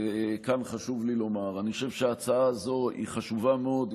וכאן חשוב לי לומר: אני חושב שההצעה הזו היא חשובה מאוד,